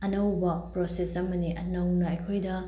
ꯑꯅꯧꯕ ꯄ꯭ꯔꯣꯁꯦꯁ ꯑꯃꯅꯤ ꯅꯧꯅ ꯑꯩꯈꯣꯏꯗ